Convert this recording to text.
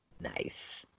Nice